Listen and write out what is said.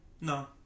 No